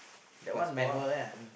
that one manual ah